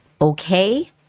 okay